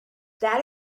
that